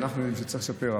ואנחנו יודעים שצריכים לשפר,